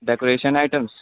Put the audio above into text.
decoration items